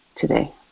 today